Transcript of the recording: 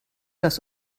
das